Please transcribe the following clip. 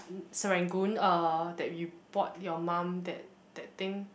Serangoon uh that you bought your mom that that thing